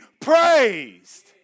praised